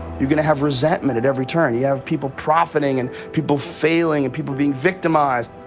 you're gonna have resentment at every turn. you have people profiting and people failing and people being victimized,